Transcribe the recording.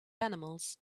animals